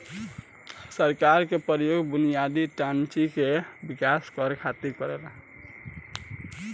सरकार कर के प्रयोग बुनियादी ढांचा के विकास करे खातिर करेला